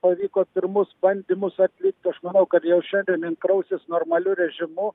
pavyko pirmus bandymus atlikt aš manau kad jau šiandien jin krausis normaliu režimu